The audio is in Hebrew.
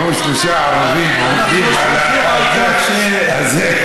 כי ראו שלושה ערבים עומדים, אז זה,